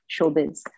showbiz